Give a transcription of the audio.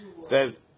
Says